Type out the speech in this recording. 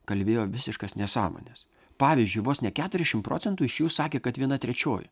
kalbėjo visiškas nesąmones pavyzdžiui vos ne keturiašim procentų iš jų sakė kad viena trečioji